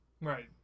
Right